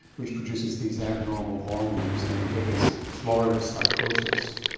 which produces these abnormal hormones and you get this florid psychosis.